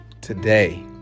Today